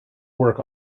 work